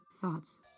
thoughts